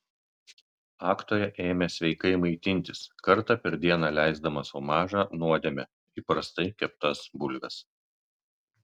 aktorė ėmė sveikai maitintis kartą per dieną leisdama sau mažą nuodėmę įprastai keptas bulves